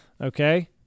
Okay